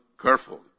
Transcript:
careful